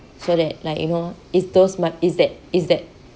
so that like you know it's those mat~ it's that it's that